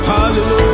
Hallelujah